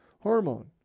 hormone